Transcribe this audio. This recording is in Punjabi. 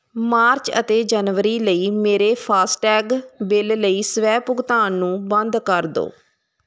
ਮਾਰਚ ਅਤੇ ਜਨਵਰੀ ਲਈ ਮੇਰੇ ਫਾਸਟੈਗ ਬਿੱਲ ਲਈ ਸਵੈ ਭੁਗਤਾਨ ਨੂੰ ਬੰਦ ਕਰ ਦੋ